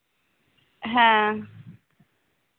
ᱦᱮᱸ